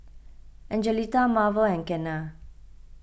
Angelita Marvel and Kenna